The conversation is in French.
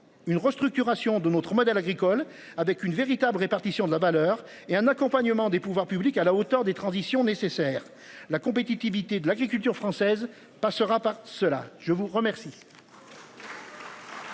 une restructuration de notre modèle agricole avec une véritable répartition de la valeur et un accompagnement des pouvoirs publics à la hauteur des transitions nécessaires la compétitivité de l'agriculture française passera par ceux-là. Je vous remercie.